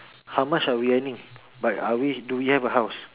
how much are we earning but are we do we have a house